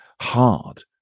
hard